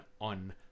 on